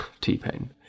T-Pain